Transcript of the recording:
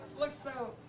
looks so